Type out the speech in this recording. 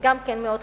זה גם כן מאוד חשוב.